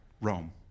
Rome